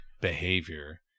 behavior